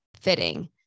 fitting